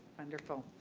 wonderful.